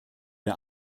der